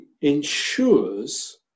ensures